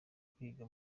kwiga